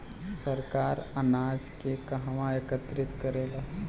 सरकार अनाज के कहवा एकत्रित करेला?